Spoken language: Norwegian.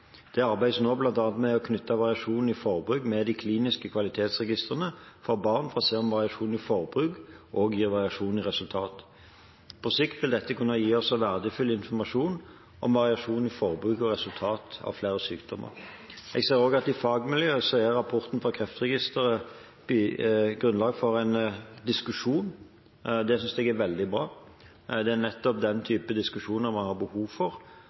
Det arbeides nå bl.a. med å knytte variasjoner i forbruket til de kliniske kvalitetsregistrene for barn for å se om variasjon i forbruk også gir variasjon i resultat. På sikt vil dette kunne gi oss verdifull informasjon om variasjon i forbruk og resultat for flere sykdommer. Jeg ser også at i fagmiljøet er rapporten fra Kreftregisteret grunnlag for en diskusjon. Det synes jeg er veldig bra. Det er nettopp den type diskusjon man har behov for,